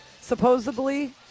supposedly